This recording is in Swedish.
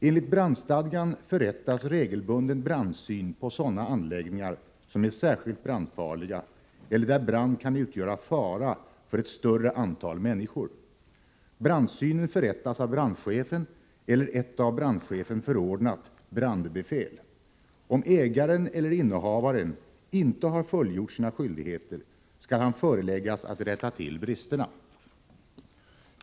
Enligt brandstadgan förrättas regelbunden brandsyn på sådana anläggningar som är särskilt brandfarliga eller där brand kan utgöra fara för ett större antal människor. Brandsynen förrättas av brandchefen eller ett av brandcehefen förordnat brandbefäl. Om ägaren eller innehavaren inte har fullgjort sina skyldigheter, skall han föreläggas att rätta till bristerna.